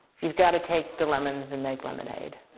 have got to take the lemons and make lemonade.